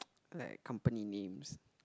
like company names